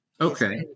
okay